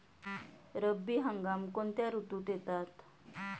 रब्बी हंगाम कोणत्या ऋतूत येतात?